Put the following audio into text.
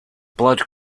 blood